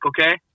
okay